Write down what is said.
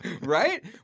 right